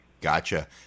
Gotcha